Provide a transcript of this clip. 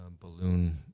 balloon